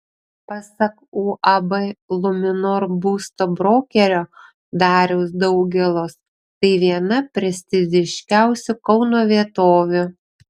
pasak uab luminor būsto brokerio dariaus daugėlos tai viena prestižiškiausių kauno vietovių